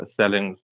selling